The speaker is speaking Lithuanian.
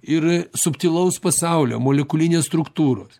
ir subtilaus pasaulio molekulinės struktūros